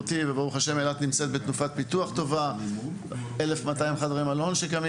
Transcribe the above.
ואילת נמצאת בתנופת פיתוח טובה: 1,200 חדרי מלון שקמים